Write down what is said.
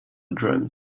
drums